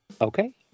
Okay